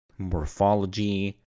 Morphology